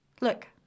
Look